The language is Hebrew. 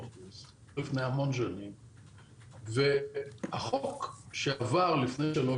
לפני המון שנים הוא היה 40%. החוק שעבר לפני שלוש